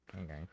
Okay